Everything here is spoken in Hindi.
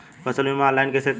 फसल बीमा ऑनलाइन कैसे करें?